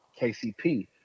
KCP